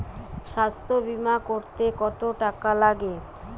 স্বাস্থ্যবীমা করতে কত টাকা লাগে?